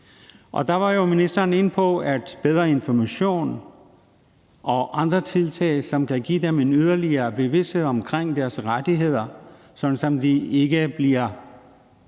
og der var ministeren jo inde på bedre information og andre tiltag, som kan give dem en yderligere bevidsthed omkring deres rettigheder, så de ikke bliver